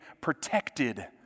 protected